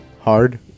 Hard